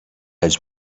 his